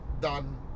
done